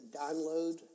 download